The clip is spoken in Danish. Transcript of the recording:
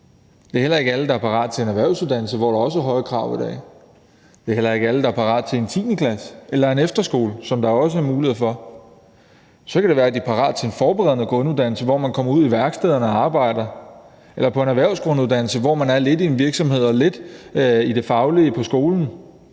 det er heller ikke alle, der er parate til en erhvervsuddannelse, hvor der også er høje krav i dag; det er heller ikke alle, der er parate til en 10. klasse eller til at komme på efterskole, som der også er mulighed for. Men så kan det være, at de er parate til en forberedende grunduddannelse, hvor man kommer ud på værkstederne og arbejder, eller til en erhvervsgrunduddannelse, hvor man både er i en virksomhed og lærer det faglige på skolen,